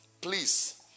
Please